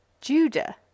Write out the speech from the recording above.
Judah